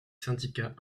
syndicats